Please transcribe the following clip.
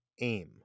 aim